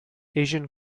asian